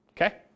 okay